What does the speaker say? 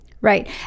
Right